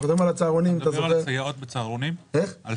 הם